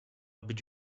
być